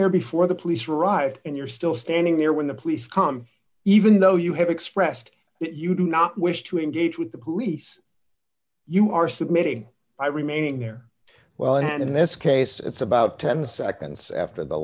there before the police arrived and you're still standing there when the police come even though you have expressed that you do not wish to engage with the police you are submitting by remaining there well and in this case it's about ten seconds after the